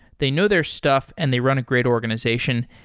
they know their stuff and they run a great organization.